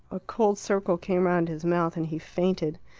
a cold circle came round his mouth, and, he fainted.